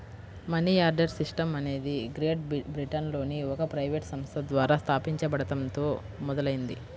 money order system అనేది great బ్రిటన్లోని ఒక ప్రైవేట్ సంస్థ ద్వారా స్థాపించబడటంతో మొదలైంది